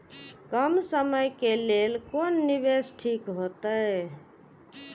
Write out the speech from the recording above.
कम समय के लेल कोन निवेश ठीक होते?